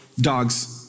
dogs